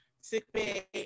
sickbay